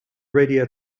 radio